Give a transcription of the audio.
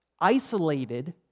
isolated